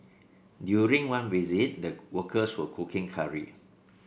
during one visit the workers were cooking curry